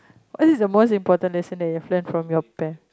what is the most important lesson that you have learn from your parents